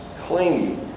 clingy